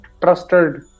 Trusted